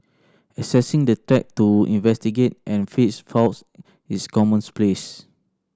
accessing the track to investigate and fix faults is commons place